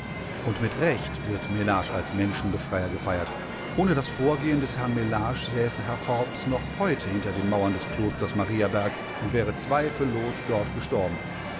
und mit recht wird mellage als menschenbefreier gefeiert ohne das vorgehen des herrn mellage säße herr forbes noch heute hinter den mauern des klosters mariaberg und wäre zweifellos dort gestorben